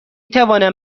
توانم